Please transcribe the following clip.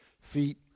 feet